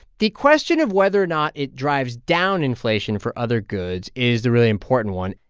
the question of whether or not it drives down inflation for other goods is the really important one.